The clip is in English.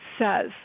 says